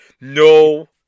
no